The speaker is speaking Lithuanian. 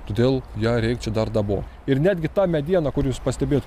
todėl ją reik čia dar dabot ir netgi tą medieną kur jūs pastebėjot